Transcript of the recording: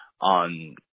on